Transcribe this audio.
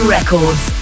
Records